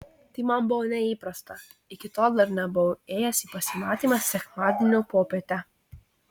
tai man buvo neįprasta iki tol dar nebuvau ėjęs į pasimatymą sekmadienio popietę